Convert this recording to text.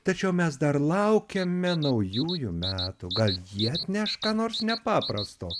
tačiau mes dar laukiame naujųjų metų gal jie atneš ką nors nepaprasto